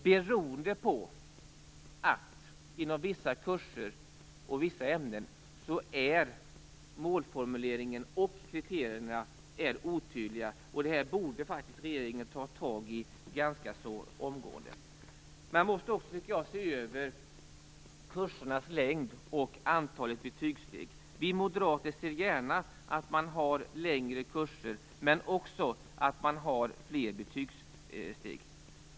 Detta beror på att målformuleringarna och kriterierna inom vissa kurser och vissa ämnen är otydliga. Det borde regeringen ta tag i ganska omgående. Man måste också se över kursernas längd och antalet betygssteg. Vi moderater ser gärna att det är längre kurser men också fler betygssteg.